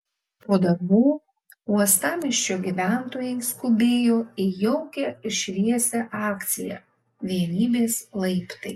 po darbų uostamiesčio gyventojai skubėjo į jaukią ir šviesią akciją vienybės laiptai